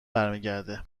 برمیگرده